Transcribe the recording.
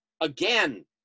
again